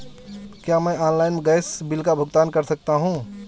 क्या मैं online gas bill का भुगतान कर सकता हूँ?